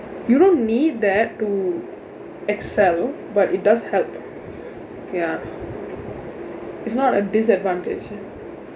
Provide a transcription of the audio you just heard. you don't need that to excel but it does help ya it's not a disadvantage